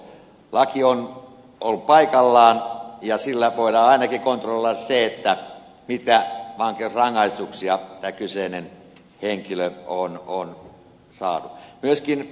laki on ollut paikallaan ja sillä voidaan ainakin kontrolloida se mitä vankeusrangaistuksia tämä kyseinen henkilö on saanut